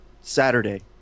Saturday